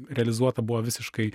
realizuota buvo visiškai